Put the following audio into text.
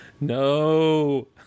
no